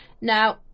now